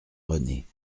renée